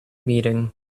meeting